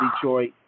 Detroit